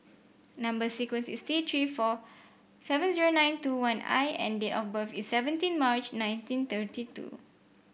number sequence is T Three four seven zero nine two one I and date of birth is seventeen March nineteen thirty two